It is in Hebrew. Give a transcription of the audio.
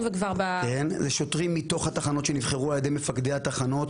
אלה שוטרים מתוך התחנות שנבחרו על-ידי מפקדי התחנות.